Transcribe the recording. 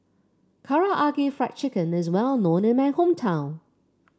Karaage Fried Chicken is well known in my hometown